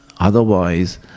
Otherwise